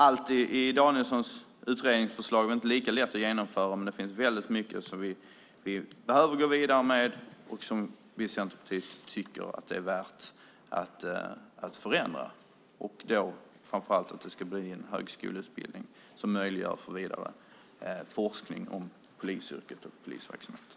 Allt i Danielssons utredningsförslag är inte lika lätt att genomföra. Det finns väldigt mycket som vi behöver gå vidare med och som vi i Centerpartiet tycker är värt att förändra. Det gäller framför allt att det ska bli en högskoleutbildning som möjliggör forskning och polisyrket och polisverksamheten.